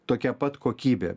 tokia pat kokybe